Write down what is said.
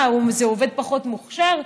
מה, הוא איזה עובד פחות מוכשר?